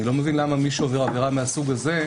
אני לא מבין למה מי שעובר עבירה מהסוג הזה,